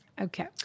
Okay